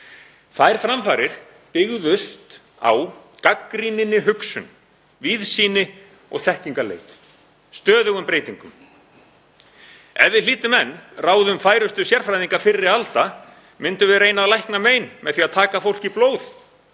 Þær framfarir byggðust á gagnrýninni hugsun, víðsýni og þekkingarleit, stöðugum breytingum. Ef við hlýddum enn ráðum færustu sérfræðinga fyrri alda myndum við reyna að lækna mein með því að taka fólki blóð